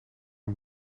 een